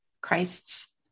christ's